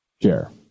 share